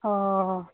অঁ